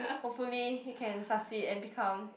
hopefully you can succeed and become